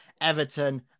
Everton